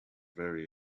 very